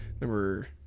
Number